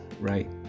right